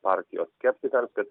partijos skeptikams kad